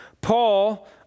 Paul